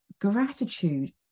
Gratitude